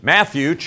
Matthew